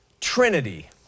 Trinity